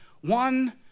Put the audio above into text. One